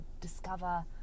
discover